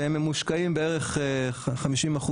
והם מושקעים בערך 60%